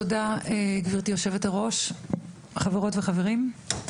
תודה, גברתי יושבת-הראש, חברות וחברים.